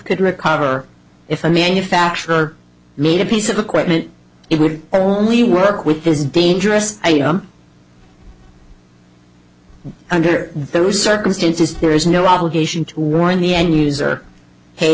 could recover if a manufacturer made a piece of equipment it would only work with this dangerous i am under those circumstances there is no obligation to warn the end user hey